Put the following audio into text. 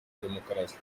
demokarasi